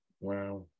Wow